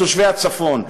תושבי הצפון,